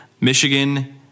Michigan